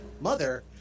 mother